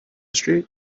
street